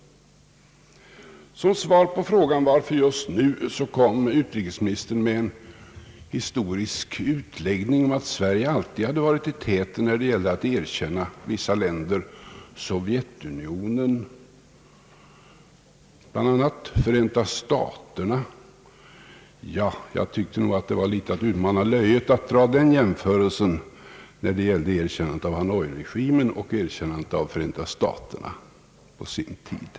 Som svar på den första frågan gjorde utrikesministern en historisk utläggning om att Sverige alltid hade varit i täten när det gällt att erkänna vissa länder — bl.a. Sovjetunionen och — Förenta staterna! Ja, jag tyckte nog att det i någon mån var att utmana löjet att dra en jämförelse med erkännandet av Hanoiregimen och erkännandet av Förenta staterna på sin tid.